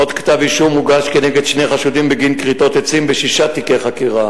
עוד כתב-אישום הוגש כנגד שני חשודים בגין כריתות עצים בשישה תיקי חקירה.